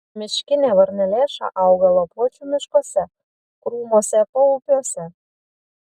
miškinė varnalėša auga lapuočių miškuose krūmuose paupiuose